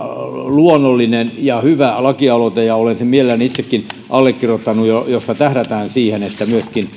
luonnollinen ja hyvä lakialoite ja olen sen mielelläni itsekin allekirjoittanut siinä tähdätään siihen että